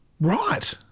Right